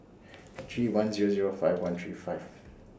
three one Zero Zero five one three five